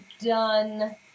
done